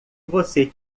você